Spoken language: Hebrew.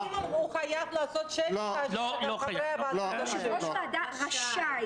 זה פחות מדבר